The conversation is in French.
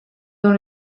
dans